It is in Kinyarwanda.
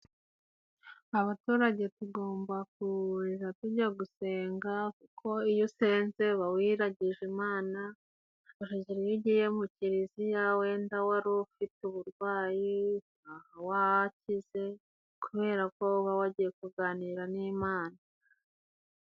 Abaturage tugomba kuja tujya gusenga, kuko iyo usenze uba wiragije Imana. Iyo ugiye mu kiliziya wenda wari ufite uburwayi, utaha wakize kubera ko uba wagiye kuganira n'Imana.